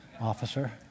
officer